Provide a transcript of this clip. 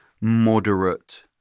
moderate